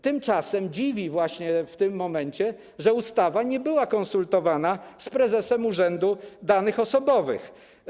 Tym bardziej dziwi właśnie w tym momencie fakt, że ustawa nie była konsultowana z prezesem urzędu danych osobowych.